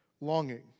longing